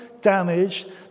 damaged